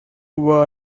were